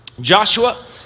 Joshua